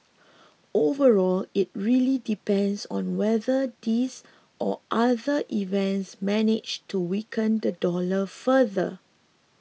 overall it really depends on whether these or other events manage to weaken the dollar further